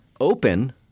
open